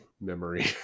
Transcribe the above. memory